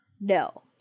No